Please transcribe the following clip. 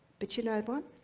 but you know but